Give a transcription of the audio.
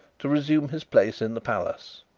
to resume his place in the palace,